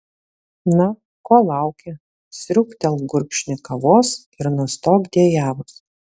na ko lauki sriūbtelk gurkšnį kavos ir nustok dejavus